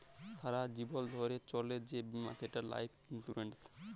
সারা জীবল ধ্যইরে চলে যে বীমা সেট লাইফ ইলসুরেল্স